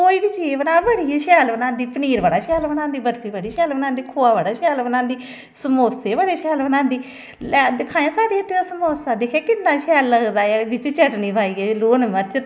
दवाई दा इस्तेमाल बी करने आं पैसे बी खर्चे होंदे दवाई पर शिड़कनै बास्तै छिड़कने आह्ले गी बी मजदूरी देनी पौंदी मगर असैं दिक्खेआ कि ओह् घा मारदा नी ऐ भाई जेह्ड़ी मतलव ऐ